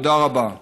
תודה רבה.